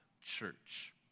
church